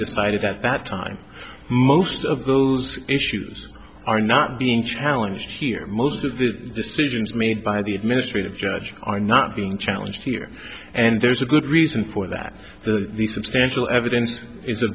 decided at that time most of those issues are not being challenged here most of the decisions made by the administrative judge are not being challenged here and there's a good reason for that the substantial evidence is a